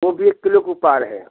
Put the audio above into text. वो भी एक किलो के ऊपर है